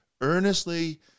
earnestly